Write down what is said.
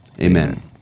Amen